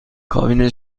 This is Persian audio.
کابین